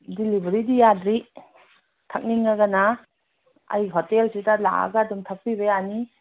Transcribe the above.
ꯗꯤꯂꯤꯕꯔꯤꯗꯤ ꯌꯥꯗ꯭ꯔꯤ ꯊꯛꯅꯤꯡꯉꯒꯅ ꯑꯩ ꯍꯣꯇꯦꯜꯁꯤꯗ ꯂꯥꯛꯑꯒ ꯑꯗꯨꯝ ꯊꯛꯄꯤꯕ ꯌꯥꯅꯤ